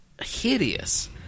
hideous